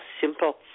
simple